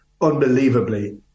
unbelievably